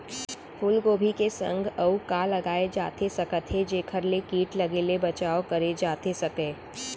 फूलगोभी के संग अऊ का लगाए जाथे सकत हे जेखर ले किट लगे ले बचाव करे जाथे सकय?